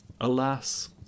Alas